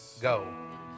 go